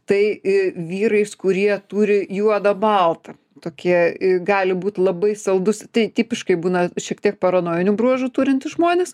tai vyrais kurie turi juodą baltą tokie gali būt labai saldus tai tipiškai būna šiek tiek paranojinių bruožų turintys žmonės